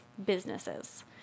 Businesses